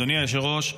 אדוני היושב בראש,